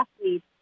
athletes